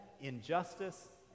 injustice